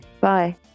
bye